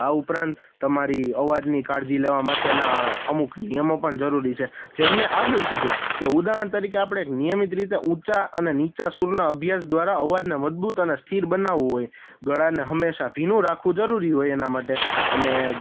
આ ઉપરાંત તમારી અવાજની કાળજી લેવા માટેના અમુક નિયમો પણ જરૂરી છે જેમ મેં આગળ કીધું કે ઉદાહરણ તરીકે આપણે એક નિયમિત રીતે ઊંચા અને નીચા સૂરના અભ્યાસ દ્વારા અવાજને મજબૂત અને સ્થિર બનાવવું હોય ગળાને હંમેશા ભીનું રાખવું જરૂરી હોય એના માટે અને